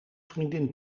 vriendin